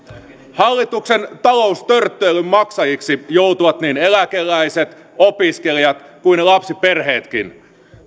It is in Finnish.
hallituksen taloustörttöilyn maksajiksi joutuvat niin eläkeläiset opiskelijat kuin lapsiperheetkin